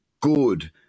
good